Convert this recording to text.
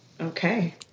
Okay